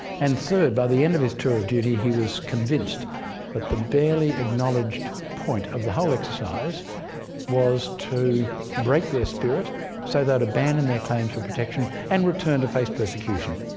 and third, by the end of his tour of duty he was convinced that the barely acknowledged point of the whole exercise was to break their spirit so they'd abandoned their claims for protection and returned to face persecution.